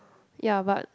ya but